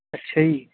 ਅੱਛਾ ਜੀ